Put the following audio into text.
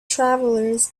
travelers